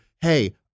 hey